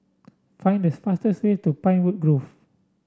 find this fastest way to Pinewood Grove